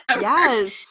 Yes